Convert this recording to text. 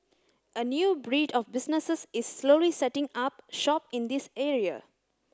a new breed of businesses is slowly setting up shop in this area